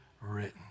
written